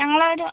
ഞങ്ങളൊരു